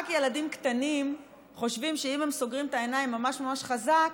רק ילדים קטנים חושבים שאם הם סוגרים את העיניים ממש חזק,